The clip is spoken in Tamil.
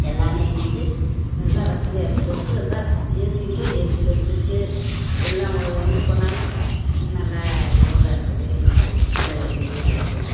எல்லாமே எங்களுக்கு நல்ல வசதியாக இருக்குது பஸ்ஸுவத்தான் ஏசி கூட ஏசி பஸ்ஸு இருக்குது எல்லாம் எங்கே போனாலும் நல்லா இதுவாக இருக்குது எங்களுக்கு இந்த ஒரு இதே இல்லை இப்போது